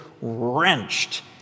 wrenched